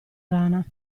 rana